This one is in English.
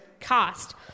cost